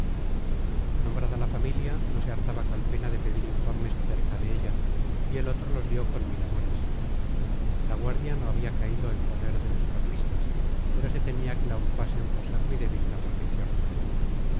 temporada en casa nombrada la familia no se hartaba calpena de pedir informes acerca de ella y el otro los dio con mil amores la guardia no había caído en poder de los carlistas pero se temía que la ocupasen por ser muy débil la guarnición